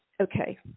Okay